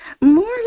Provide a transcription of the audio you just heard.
More